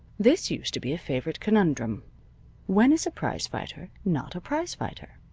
this used to be a favorite conundrum when is a prize-fighter not a prize-fighter?